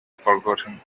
forgotten